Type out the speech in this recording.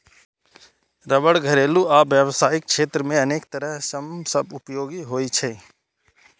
रबड़ घरेलू आ व्यावसायिक क्षेत्र मे अनेक तरह सं उपयोगी होइ छै